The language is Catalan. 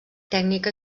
tècnica